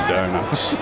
Donuts